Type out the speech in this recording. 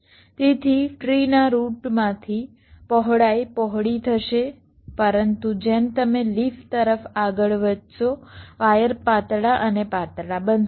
તેથી ટ્રીના રૂટ માંથી પહોળાઈ પહોળી થશે પરંતુ જેમ તમે લીફ તરફ આગળ વધશો વાયર પાતળા અને પાતળા બનશે